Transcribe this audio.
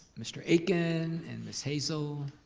mr. akin and ms. hazel.